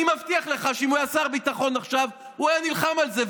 אני מבטיח לך שאם הוא היה שר ביטחון עכשיו הוא היה נלחם על זה.